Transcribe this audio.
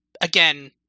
again